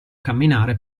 camminare